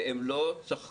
והם לא צחקו,